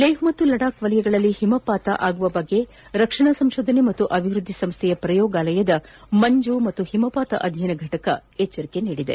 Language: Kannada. ಲೇಹ್ ಮತ್ತು ಲಡಾಕ್ ವಲಯಗಳಲ್ಲಿ ಹಿಮಪಾತವಾಗುವ ಬಗ್ಗೆ ರಕ್ಷಣಾ ಸಂಶೋಧನೆ ಹಾಗೂ ಅಭಿವೃದ್ದಿ ಸಂಸ್ಥೆಯ ಪ್ರಯೋಗಾಲಯದ ಮಂಜು ಮತ್ತು ಹಿಮಪಾತ ಅಧ್ಯಯನ ಘಟಕ ಎಚ್ಚರಿಕೆ ನೀಡಿದೆ